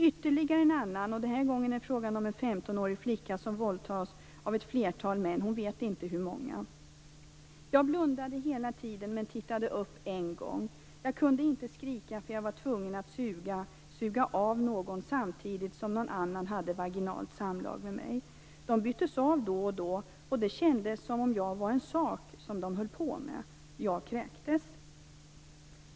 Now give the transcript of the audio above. Ytterligare en annan flicka, en 15-åring som våldtogs av ett flertal män - hon vet inte hur många - sade: Jag blundande hela tiden men tittade upp en gång. Jag kunde inte skrika, för jag var tvungen att suga av någon samtidigt som någon annan hade vaginalt samlag med mig. De byttes av då och då, och det kändes som om jag var en sak som de höll på med. Jag kräktes.